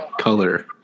color